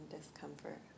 discomfort